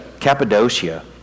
Cappadocia